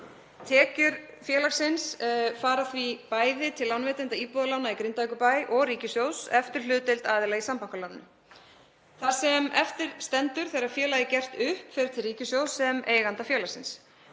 Tekjur félagsins fara því bæði til lánveitenda íbúðalána í Grindavíkurbæ og ríkissjóðs eftir hlutdeild aðila í sambankaláninu. Það sem eftir stendur þegar félagið er gert upp fer til ríkissjóðs sem eiganda félagsins.